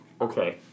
Okay